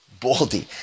baldy